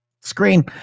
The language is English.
screen